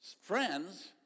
Friends